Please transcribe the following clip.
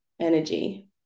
energy